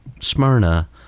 Smyrna